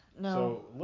no